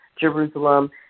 Jerusalem